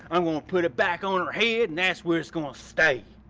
i'm gonna put it back on her head and that's where it's going to stay.